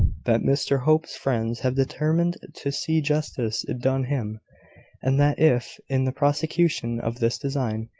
that mr hope's friends have determined to see justice done him and that if, in the prosecution of this design,